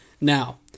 Now